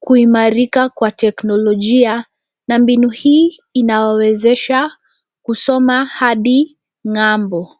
kuimarika kwa teknolojia na mbinu hii inawawezesha kusoma hadi ng'ambo.